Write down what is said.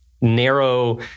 narrow